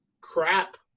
crap